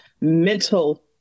mental